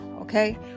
okay